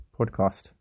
podcast